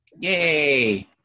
yay